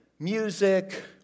music